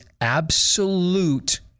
absolute